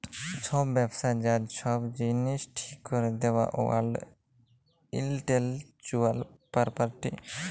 ছব ব্যবসার যা ছব জিলিস ঠিক ক্যরে দেই ওয়ার্ল্ড ইলটেলেকচুয়াল পরপার্টি